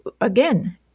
again